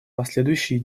последующие